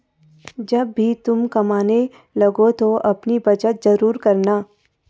जब भी तुम कमाने लगो तो अपनी बचत जरूर करना